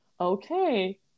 okay